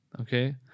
Okay